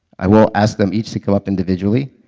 i will ask them each to come up individually.